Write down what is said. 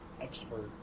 expert